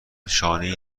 شانهای